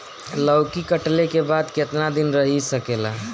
लौकी कटले के बाद केतना दिन रही सकेला?